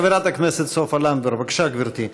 חברת הכנסת סופה לנדבר, בבקשה, גברתי.